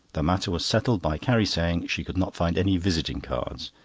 the matter was settled by carrie saying she could not find any visiting cards,